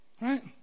Right